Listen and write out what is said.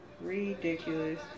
Ridiculous